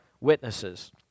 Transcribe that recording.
witnesses